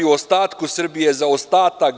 U ostatku Srbije, za ostatak 2/